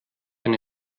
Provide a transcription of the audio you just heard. eine